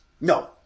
No